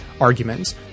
arguments